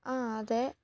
ആ അതെ